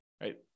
right